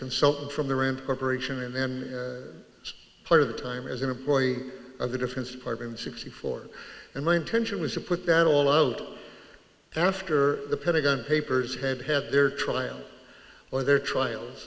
consultant from the rand corporation and then part of the time as an employee of the defense department sixty four and my intention was to put that all out after the pentagon papers had had their trial or their trials